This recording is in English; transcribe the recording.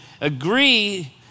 agree